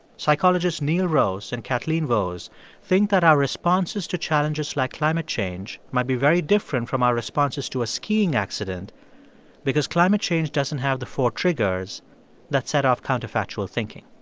psychologist neal roese and kathleen vohs think that our responses to challenges like climate change might be very different from our responses to a skiing accident because climate change doesn't have the four triggers that set off counterfactual thinking.